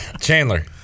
Chandler